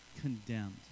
condemned